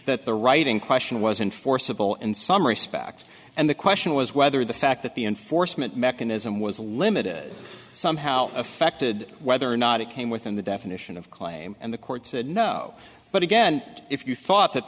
that the right in question was enforceable in some respect and the question was whether the fact that the enforcement mechanism and was limited somehow affected whether or not it came within the definition of claim and the court said no but again if you thought that